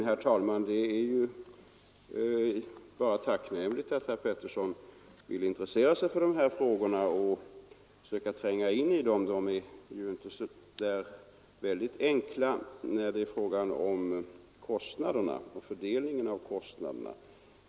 Herr talman! Det är ju bara tacknämligt att herr Pettersson i Västerås vill intressera sig för dessa frågor och söka tränga in i dem. Frågan om kostnadsfördelningen är inte så enkel.